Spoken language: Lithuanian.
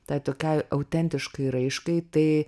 tai tokiai autentiškai raiškai tai